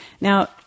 Now